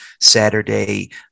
Saturday